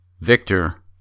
Victor